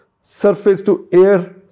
surface-to-air